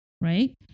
right